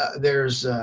there's,